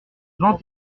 vingt